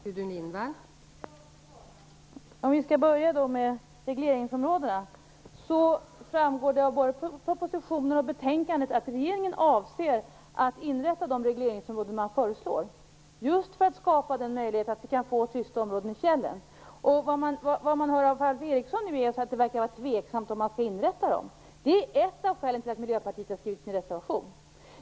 Fru talman! Jag skall börja med regleringsområdena. Det framgår av både propositionen och betänkandet att regeringen avser att inrätta de regleringsområden som föreslås just för att skapa en möjlighet att få tysta områden i fjällen. Nu hör man av Alf Eriksson att det verkar vara tveksamheter om att inrätta dem. Det är ett av skälen till att Miljöpartiet har skrivit en reservation.